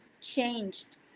changed